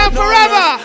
forever